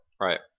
Right